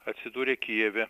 atsidūrė kijeve